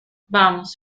vamos